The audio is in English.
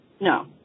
no